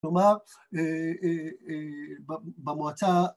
‫כלומר, במועצה...